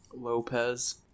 lopez